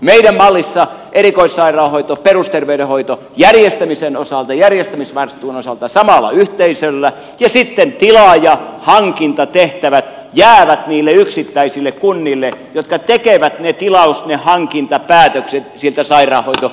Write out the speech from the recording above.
meidän mallissamme erikoissairaanhoito perusterveydenhoito järjestämisvastuun osalta ovat samalla yhteisöllä ja sitten tilaaja hankintatehtävät jäävät niille yksittäisille kunnille jotka tekevät ne tilaus hankintapäätökset tältä terveyspiiriltä